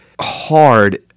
hard